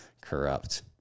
corrupt